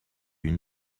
une